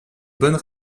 bonne